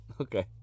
okay